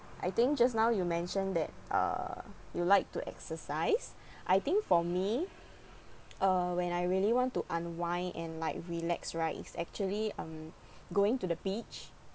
I think just now you mention that uh you like to exercise I think for me uh when I really want to unwind and like relax right is actually um going to the beach